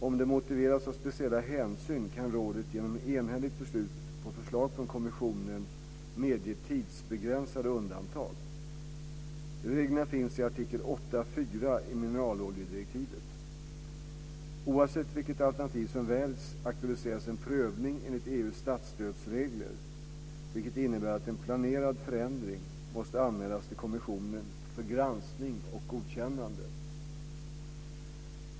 Om det motiveras av speciella hänsyn kan rådet genom enhälligt beslut på förslag från kommissionen medge tidsbegränsade undantag. Reglerna finns i artikel 8.4 i mineraloljedirektivet. Oavsett vilket alternativ som väljs aktualiseras en prövning enligt EU:s statsstödsregler, vilket innebär att en planerad förändring måste anmälas till kommissionen för granskning och godkännande.